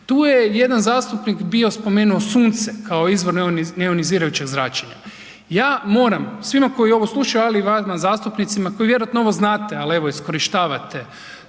Tu je jedan zastupnik bio spomenuo sunce kao izvor neionizirajućeg zračenja, ja moram svima koji ovo slušaju, ali i vama zastupnicima koji vjerojatno ovo znate, ali evo iskorištavate